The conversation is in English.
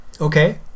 Okay